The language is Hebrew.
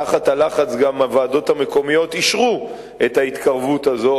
תחת הלחץ גם הוועדות המקומיות אישרו את ההתקרבות הזאת,